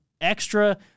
extra